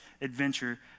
adventure